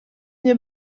nie